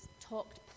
talked